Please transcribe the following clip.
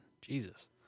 Jesus